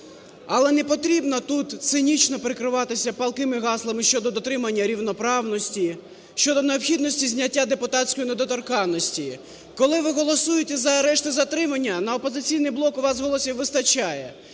Але не потрібно тут цинічно прикриватися палкими гаслами щодо дотримання рівноправності, щодо необхідності зняття депутатської недоторканності. Коли ви голосуєте за арешт і затримання на "Опозиційний блок", у вас голосів вистачає,